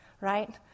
right